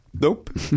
Nope